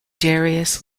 darius